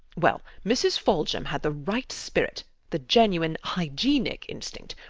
well, mrs. foljambe had the right spirit the genuine hygienic instinct.